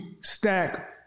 stack